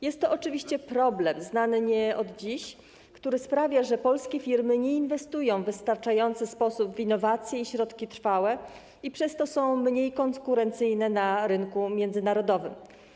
Jest to oczywiście problem znany nie od dziś, który sprawia, że polskie firmy nie inwestują w wystarczający sposób w innowacje i środki trwałe i przez to są mniej konkurencyjne na rynku międzynarodowym.